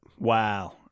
Wow